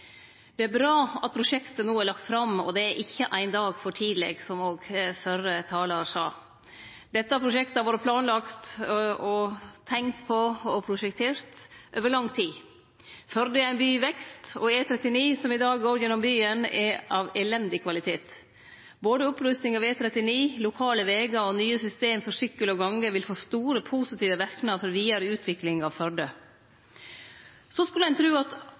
Det er bra at prosjektet no er lagt fram, og det er ikkje ein dag for tidleg, som òg den førre talaren sa. Dette prosjektet har vore planlagt, tenkt på og prosjektert over lang tid. Førde er ein by i vekst, og E39, som i dag går gjennom byen, er av elendig kvalitet. Både opprusting av E39, lokale vegar og nye system for sykkel og gange vil få store positive verknader for vidare utvikling av Førde. Så skulle ein tru at